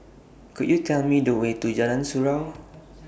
Could YOU Tell Me The Way to Jalan Surau